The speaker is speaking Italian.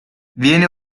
viene